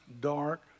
dark